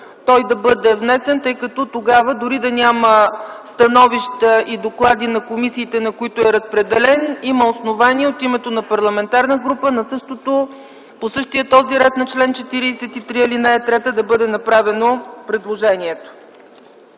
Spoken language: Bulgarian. той да бъде внесен, тъй като тогава дори да няма становища и доклади на комисиите, на които е разпределен, има основание от името на парламентарна група по същия ред на чл. 43, ал. 3 да бъде направено предложението.